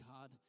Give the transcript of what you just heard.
God